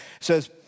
says